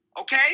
Okay